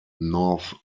north